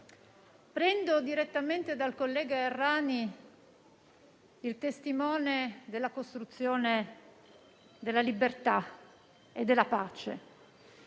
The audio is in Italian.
prendo direttamente dal collega Errani il testimone della costruzione della libertà e della pace.